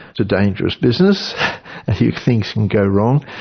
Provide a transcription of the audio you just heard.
a dangerous business a few things can go wrong.